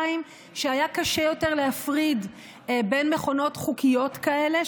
היה קשה יותר להפריד בין מכונות חוקיות כאלה,